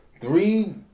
Three